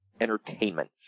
Entertainment